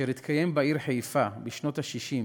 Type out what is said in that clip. אשר התקיים בעיר חיפה בשנות ה-60,